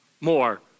more